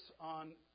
on